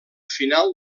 final